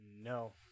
no